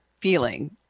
feeling